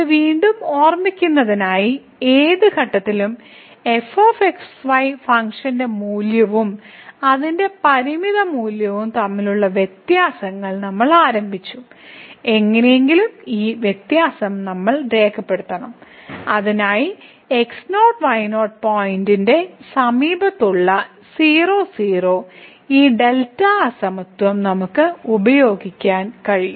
ഇത് വീണ്ടും ഓർമിക്കുന്നതിനായി ഏത് ഘട്ടത്തിലും fx y ഫംഗ്ഷൻ മൂല്യവും അതിന്റെ പരിമിത മൂല്യവും തമ്മിലുള്ള വ്യത്യാസത്തിൽ നമ്മൾ ആരംഭിച്ചു എങ്ങനെയെങ്കിലും ഈ വ്യത്യാസം നമ്മൾ രേഖപ്പെടുത്തണം അതിനാൽ x0y0 പോയിന്റിന്റെ സമീപത്തുള്ള 00 ഈ ഡെൽറ്റ അസമത്വം നമുക്ക് ഉപയോഗിക്കാൻ കഴിയും